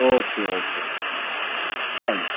okay okay thank